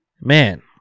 man